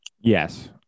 Yes